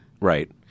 right